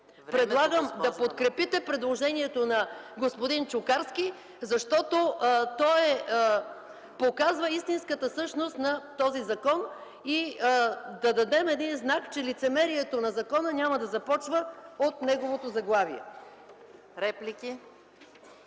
изтекло) да подкрепите предложението на господин Чукарски, защото то показва истинската същност на този закон и да дадем знак, че лицемерието на закона няма да започва от негово заглавие.